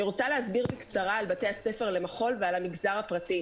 אני רוצה להסביר בקצרה על בתי הספר למחול ועל המגזר הפרטי.